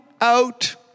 out